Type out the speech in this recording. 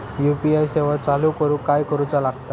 UPI सेवा चालू करूक काय करूचा लागता?